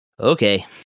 Okay